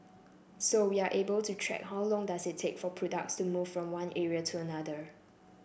so able to track how long does it take for products to move from one area to another